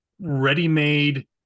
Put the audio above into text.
ready-made